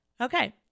okay